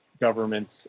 governments